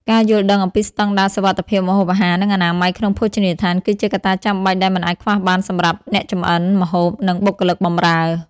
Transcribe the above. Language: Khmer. ការយល់ដឹងអំពីស្តង់ដារសុវត្ថិភាពម្ហូបអាហារ និងអនាម័យក្នុងភោជនីយដ្ឋាន គឺជាកត្តាចាំបាច់ដែលមិនអាចខ្វះបានសម្រាប់អ្នកចម្អិនម្ហូប និងបុគ្គលិកបម្រើ។